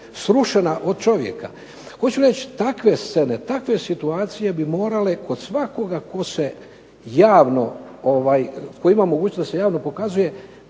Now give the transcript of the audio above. srušena od čovjeka. Hoću reći takve scene, takve situacije bi morale kod svakoga tko se javno, tko ima mogućnost da se javno pokazuje